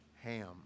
ham